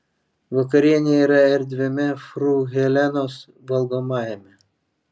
vakarienė yra erdviame fru helenos valgomajame